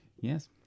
yes